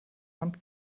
hand